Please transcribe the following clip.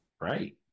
Right